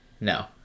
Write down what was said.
No